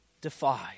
defied